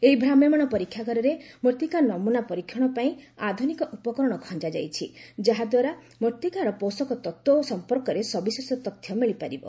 ଏହିଭ୍ରାମ୍ୟମାଣ ପରୀକ୍ଷାଗାରରେ ମୃତ୍ତିକା ନମୁନା ପରୀକ୍ଷଣ ପାଇଁ ଆଧୁନିକ ଉପକରଣ ଖଞ୍ଜା ଯାଇଛି ଯାହାଦ୍ୱାରା ମୃତ୍ତିକାର ପୋଷକ ତତ୍ତ୍ୱ ସଂପର୍କରେ ସବିଶେଷ ତଥ୍ୟ ମିଳିପାରିବ